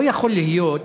לא יכול להיות